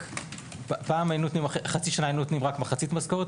פעם חצי שנה היינו נותנים מחצית משכורת.